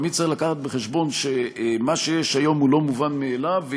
ותמיד צריך להביא בחשבון שמה שיש היום הוא לא מובן מאליו,